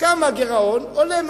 כמה הגירעון עולה.